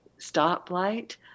stoplight